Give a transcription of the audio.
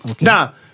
Now